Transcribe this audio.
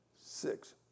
six